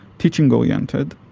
teaching-oriented,